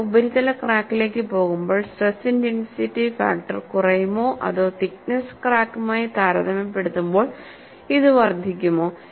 ഞാൻ ഉപരിതല ക്രാക്കിലേക്ക് പോകുമ്പോൾ സ്ട്രെസ് ഇന്റെൻസിറ്റി ഫാക്ടർ കുറയുമോ അതോ തിക്നെസ്സ് ക്രാക്കുമായി താരതമ്യപ്പെടുത്തുമ്പോൾ ഇത് വർദ്ധിക്കുമോ